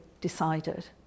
decided